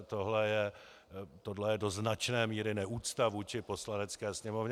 Tohle je do značné míry neúcta vůči Poslanecké sněmovně.